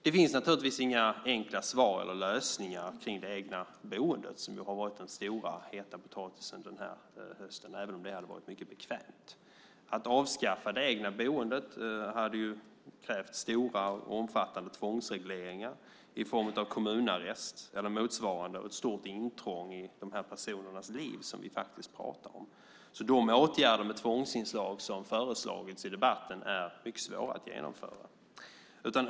Det finns naturligtvis inga enkla svar eller lösningar om det egna boendet, som har varit den stora heta potatisen den här hösten - även om det hade varit bekvämt. Att avskaffa det egna boendet hade krävt stora och omfattande tvångsregleringar i form av kommunarrest eller motsvarande. Det är faktiskt ett stort intrång i dessa personers liv som vi pratar om. De åtgärder med tvångsinslag som har föreslagits i debatten är mycket svåra att genomföra.